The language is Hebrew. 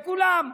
לכולם,